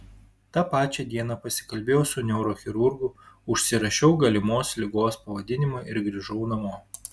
tą pačią dieną pasikalbėjau su neurochirurgu užsirašiau galimos ligos pavadinimą ir grįžau namo